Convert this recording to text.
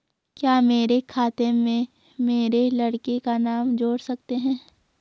क्या मेरे खाते में मेरे लड़के का नाम जोड़ सकते हैं?